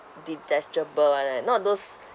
detachable [one] eh not those